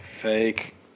fake